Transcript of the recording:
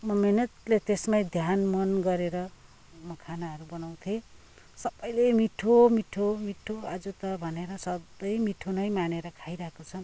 म मिहिनेतले त्यसमै ध्यान मन गरेर म खानाहरू बनाउँथेँ सबैले मिठो मिठो मिठो आज त भनेर सधैँ मिठो नै मानेर खाइरहेको छन्